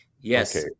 yes